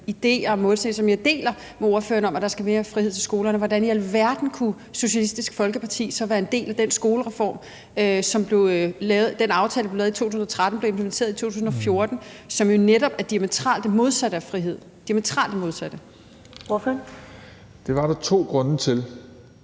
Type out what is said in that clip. idéer og målsætninger, som jeg deler med ordføreren, om, at der skal mere frihed til skolerne, hvordan i alverden kunne Socialistisk Folkeparti så være en del af skolereformen – den aftale, som blev lavet i 2013 og blev implementeret i 2014 – som jo netop er det diametralt modsatte af frihed, det diametralt modsatte? Kl. 11:51 Første